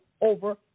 over